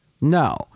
No